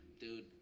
Dude